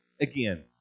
again